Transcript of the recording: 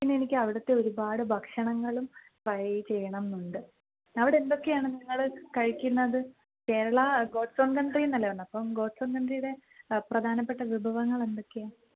പിന്നെ എനിക്ക് അവിടുത്തെ ഒരുപാട് ഭക്ഷണങ്ങളും ട്രൈ ചെയ്യണം എന്നുണ്ട് അവിടെ എന്തൊക്കെയാണ് നിങ്ങൾ കഴിക്കുന്നത് കേരള ഗോഡ്സ് ഓൺ കൺട്രി എന്നല്ലേ പറയുന്നത് അപ്പം ഗോഡ്സ് ഓൺ കൺട്രിയുടെ പ്രധാനപ്പെട്ട വിഭവങ്ങൾ എന്തൊക്കെയാണ്